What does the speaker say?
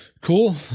Cool